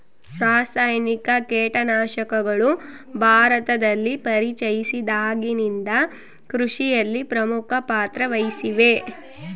ರಾಸಾಯನಿಕ ಕೇಟನಾಶಕಗಳು ಭಾರತದಲ್ಲಿ ಪರಿಚಯಿಸಿದಾಗಿನಿಂದ ಕೃಷಿಯಲ್ಲಿ ಪ್ರಮುಖ ಪಾತ್ರ ವಹಿಸಿವೆ